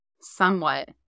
somewhat